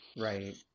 Right